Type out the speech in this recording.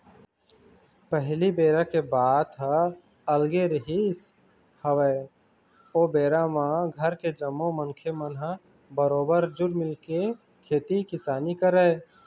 पहिली बेरा के बात ह अलगे रिहिस हवय ओ बेरा म घर के जम्मो मनखे मन ह बरोबर जुल मिलके खेती किसानी करय